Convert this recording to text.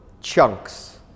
chunks